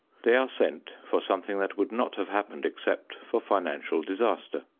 they are sent for something that would not have happened except for financial disaster.